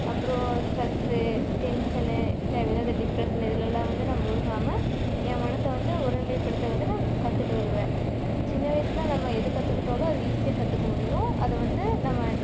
அப்புறம் stress tension தேவையில்லாத depression இதுலலாம் வந்து நான் மூழ்காம ஏன் மனச வந்து ஒருநிலைப்படுத்த வந்து நான் கற்றுட்டு வருவேன் சின்ன வயசுல நம்ம எது கற்றுக்குட்டாலும் அது ஈஸியாக கற்றுக்க முடியும் அதை வந்து நம்ம